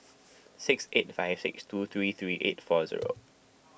six eight five six two three three eight four zero